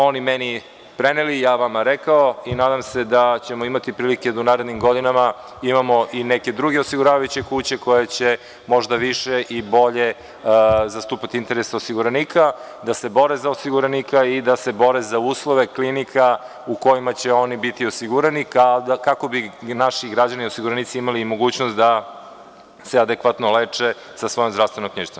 Oni mene preneli, ja vama rekao i nadam se da ćemo imati prilike da u narednim godinama imamo i neke druge osiguravajuće kuće, koje će možda više i bolje zastupati interese osiguranika, da se bore za osiguranika i da se bore za uslove klinika u kojima će oni biti osiguranik, a kako bi naši građani osiguranici imali mogućnost da se adekvatno leče sa svojom zdravstvenom knjižicom.